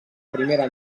primera